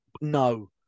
No